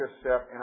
step